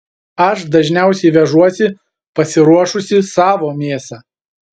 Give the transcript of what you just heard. aš dažniausiai vežuosi pasiruošusi savo mėsą